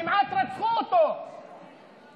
כמעט רצחו אותו באלה.